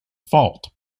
fault